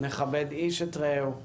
נכבד איש את רעהו,